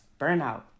burnout